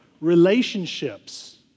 relationships